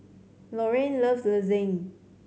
Lorraine loves Lasagne